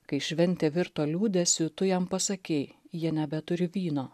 kai šventė virto liūdesiu tu jam pasakei jie nebeturi vyno